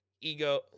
ego